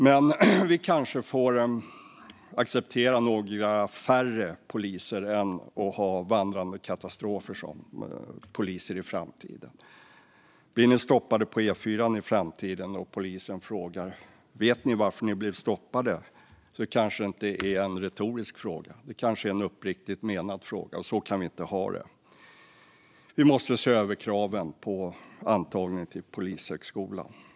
Men vi kanske får acceptera några färre poliser hellre än att ha vandrande katastrofer som poliser i framtiden. Blir ni stoppade på E4:an i framtiden och polisen frågar: Vet ni varför ni blev stoppade? kanske det inte är en retorisk fråga. Det kanske är en uppriktigt menad fråga. Så kan vi inte ha det. Vi måste se över kraven på antagningen till Polishögskolan. Fru talman!